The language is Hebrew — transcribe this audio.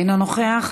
אינו נוכח.